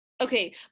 okay